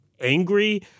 angry